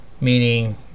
Meaning